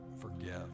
forgive